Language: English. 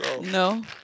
No